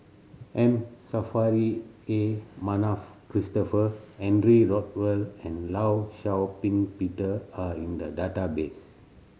M Saffri A Manaf Christopher Henry Rothwell and Law Shau Ping Peter are in the database